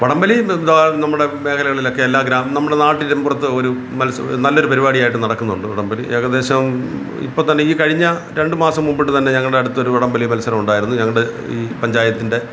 വടംവലി നമ്മുടെ മേഖലകളിലൊക്കെ എല്ലാ ഗ്രാമങ്ങ നമ്മുടെ നാട്ടിലും പുറത്ത് ഒരു മത്സ നല്ലൊരു പരിപാടിയായിട്ട് നടക്കുന്നുണ്ട് വടംവലി ഏകദേശം ഇപ്പോള്ത്തന്നെ ഈ കഴിഞ്ഞ രണ്ട് മാസം മുമ്പിട്ട് തന്നെ ഞങ്ങളുടെ അടുത്തൊരു വടംവലി മത്സരമുണ്ടായിരുന്നു ഞങ്ങളുടെ ഈ പഞ്ചായത്തിന്റെ